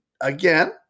again